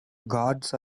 guards